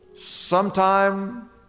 sometime